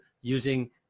using